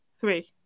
three